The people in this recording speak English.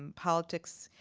um politics,